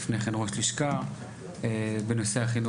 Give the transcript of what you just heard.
לפני כן ראש לשכה בנושא החינוך.